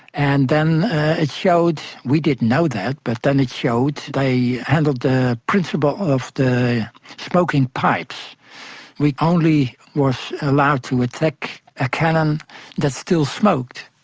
and then it showed we didn't know that but then it showed they handled the principle of the smoking pipes we only were allowed to attack a cannon that still smoked.